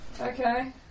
Okay